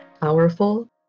powerful